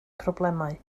problemau